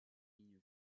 ligne